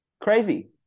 crazy